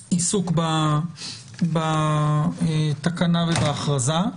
ניגש לעיסוק בתקנה ובהכרזה.